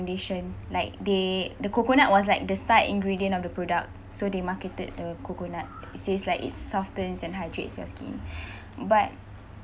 like they the coconut was like the star ingredient of the product so they marketed the coconut it says like it softens and hydrates your skin but